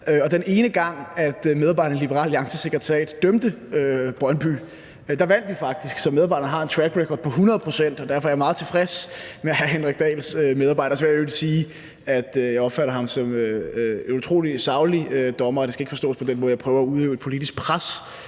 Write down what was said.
den ene gang, at medarbejderen i Liberal Alliances sekretariat dømte en Brøndbykamp, vandt vi faktisk, så medarbejderen har en track record på 100 pct., og derfor er jeg meget tilfreds med hr. Henrik Dahls medarbejder. Så vil jeg i øvrigt sige, at jeg opfatter ham som en utrolig saglig dommer, og det skal ikke forstås på den måde, at jeg prøver at udøve et politisk pres